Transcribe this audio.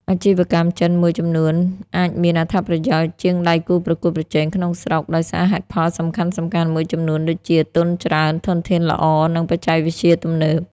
អាជីវកម្មចិនមួយចំនួនអាចមានអត្ថប្រយោជន៍ជាងដៃគូប្រកួតប្រជែងក្នុងស្រុកដោយសារហេតុផលសំខាន់ៗមួយចំនួនដូចជា ទុនច្រើន ធនធានល្អ និងបច្ចេកវិទ្យាទំនើប។